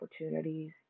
opportunities